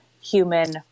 human